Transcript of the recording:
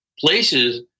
Places